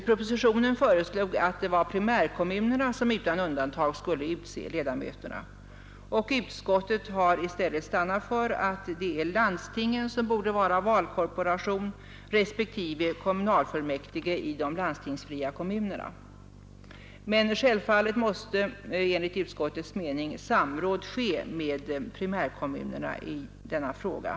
Propositionen föreslår att primärkommunerna utan undantag skall utse ledamöterna. Utskottet har i stället stannat för att landstingen respektive kommunfullmäktige i de landstingsfria kommunerna bör vara valkorporation. Men självfallet måste enligt utskottets mening samråd ske med primärkommunerna i denna fråga.